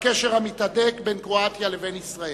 בקשר המתהדק בין קרואטיה לבין ישראל,